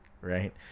right